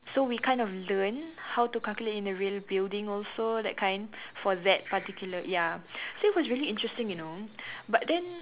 so we kind of learned how to calculate in a real building also that kind for that particular ya so it was really interesting you know but then